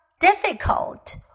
difficult